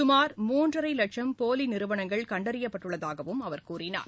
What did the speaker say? சுமார் மூன்றரை லட்சம் போலி நிறுவனங்கள் கண்டறியப்பட்டுள்ளதாகவும் அவர் கூறினார்